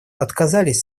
отказались